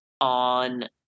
on